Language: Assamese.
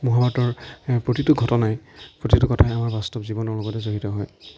মহাভাৰতৰ প্ৰতিটো ঘটনাই প্ৰতিটো কথাই আমাৰ বাস্তৱ জীৱনৰ লগতে জড়িত হয়